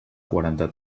quaranta